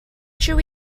should